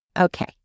Okay